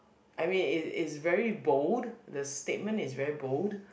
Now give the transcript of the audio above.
I mean it is very bold the statement is very bold